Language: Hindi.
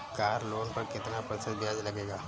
कार लोन पर कितना प्रतिशत ब्याज लगेगा?